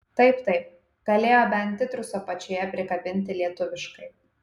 taip taip galėjo bent titrus apačioje prikabinti lietuviškai